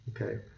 Okay